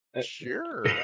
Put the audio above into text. Sure